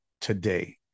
today